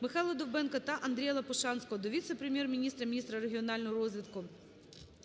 МихайлаДовбенка та Андрія Лопушанського до віце-прем’єр-міністра - міністра регіонального розвитку